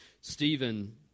Stephen